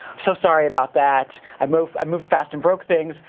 so sorry about that. i moved i moved fast and broke things,